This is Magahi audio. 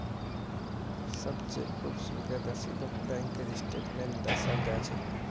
सब चेकबुक शुल्केर रसीदक बैंकेर स्टेटमेन्टत दर्शाल जा छेक